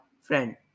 friend